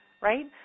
Right